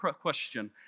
question